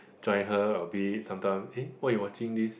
join her a bit sometime eh why you watching this